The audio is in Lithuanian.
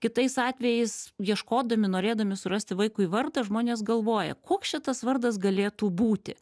kitais atvejais ieškodami norėdami surasti vaikui vardą žmonės galvoja koks čia tas vardas galėtų būti